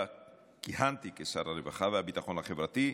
שבה כיהנתי כשר הרווחה והביטחון החברתי,